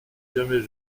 jamais